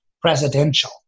presidential